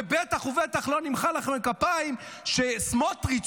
בטח ובטח לא נמחא לכם כפיים על שסמוטריץ',